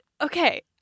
Okay